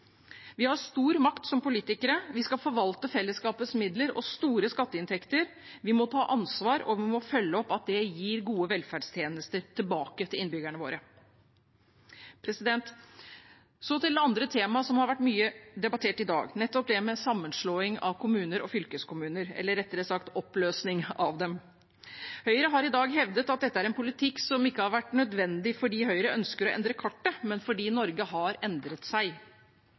Vi har stor makt som politikere, vi skal forvalte fellesskapets midler og store skatteinntekter. Vi må ta ansvar og følge opp at det gir gode velferdstjenester tilbake til innbyggerne våre. Så til det andre temaet som har vært mye debattert i dag: sammenslåing av kommuner og fylkeskommuner eller – rettere sagt – oppløsning av dem. Høyre har i dag hevdet at dette er en politikk som har vært nødvendig, ikke fordi Høyre ønsker å endre kartet, men fordi Norge har endret seg.